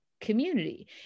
community